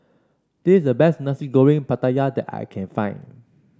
this is the best Nasi Goreng Pattaya that I can find